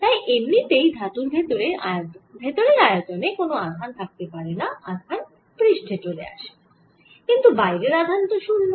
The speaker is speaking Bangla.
তাই এমনিতেই ধাতুর ভেতরের আয়তনে কোন আধান থাকতে পারবেনা আধান পৃষ্ঠে চলে আসবে কিন্তু বাইরের আধান তো 0